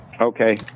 Okay